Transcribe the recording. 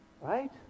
right